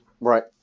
Right